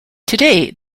today